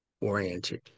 oriented